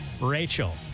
rachel